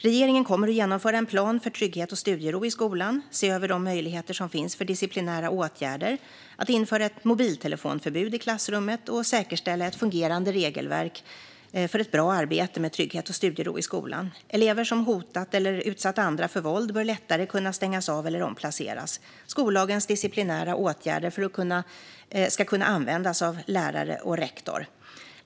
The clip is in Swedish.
Regeringen kommer att genomföra en plan för trygghet och studiero i skolan, för att se över de möjligheter som finns för disciplinära åtgärder, för att införa ett mobiltelefonförbud i klassrummen och för att säkerställa ett fungerande regelverk för ett bra arbete med trygghet och studiero i skolan. Elever som hotat eller utsatt andra för våld bör lättare kunna stängas av eller omplaceras. Skollagens disciplinära åtgärder ska kunna användas av lärare och rektor.